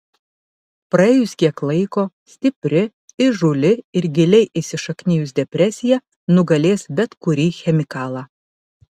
praėjus kiek laiko stipri įžūli ir giliai įsišaknijus depresija nugalės bet kurį chemikalą